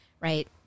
right